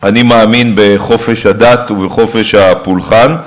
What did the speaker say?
אני מאמין בחופש הדת ובחופש הפולחן.